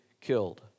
killed